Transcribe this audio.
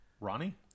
Ronnie